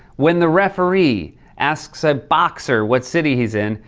when the referee asks a boxer what city he's in,